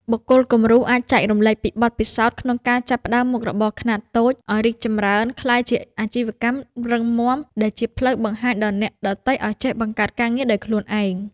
បុគ្គលគំរូអាចចែករំលែកពីបទពិសោធន៍ក្នុងការចាប់ផ្ដើមមុខរបរខ្នាតតូច ឱ្យរីកចម្រើនក្លាយជាអាជីវកម្មរឹងមាំ ដែលជាផ្លូវបង្ហាញដល់អ្នកដទៃឱ្យចេះបង្កើតការងារដោយខ្លួនឯង។